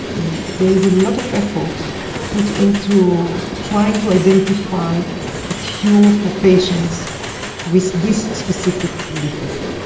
and there is a lot of effort put into trying to identify a cure for patients with this specific defect.